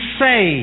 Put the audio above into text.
say